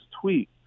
tweet